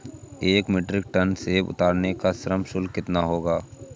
एक metric ton सेव उतारने का श्रम शुल्क कितना होगा?